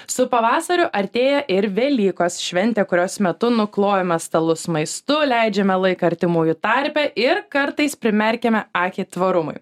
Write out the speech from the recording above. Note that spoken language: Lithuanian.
su pavasariu artėja ir velykos šventė kurios metu nuklojame stalus maistu leidžiame laiką artimųjų tarpe ir kartais primerkiame akį tvarumui